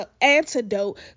antidote